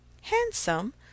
Handsome